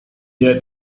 dia